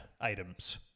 items